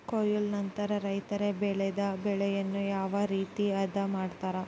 ಕೊಯ್ಲು ನಂತರ ರೈತರು ಬೆಳೆದ ಬೆಳೆಯನ್ನು ಯಾವ ರೇತಿ ಆದ ಮಾಡ್ತಾರೆ?